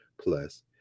plus